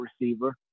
receiver